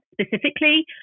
specifically